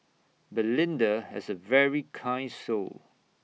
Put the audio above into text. belinda has A very kind soul